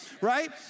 right